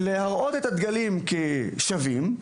להראות את הדגלים כשווים.